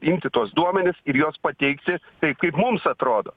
imti tuos duomenis ir juos pateikti taip kaip mums atrodo